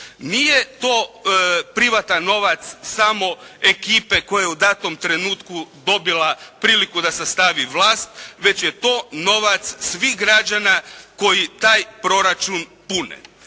nije to privatan novac samo ekipe koja je u datom trenutku dobila priliku da sastavi vlast, već je to novac svih građana koji taj proračun pune.